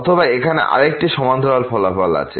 অথবা এখানে আরেকটি সমান্তরাল ফলাফল আছে